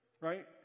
right